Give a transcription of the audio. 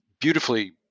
beautifully